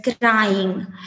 crying